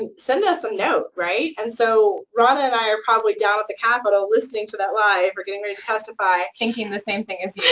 and send us a note, right? and so raana and i are probably down at the capitol listening to that live or getting ready to testify thinking the same thing as yeah